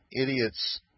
idiots